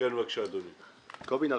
קובי נרקובסקי.